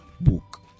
book